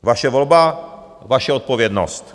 Vaše volba, vaše odpovědnost.